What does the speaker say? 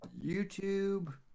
YouTube